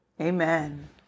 Amen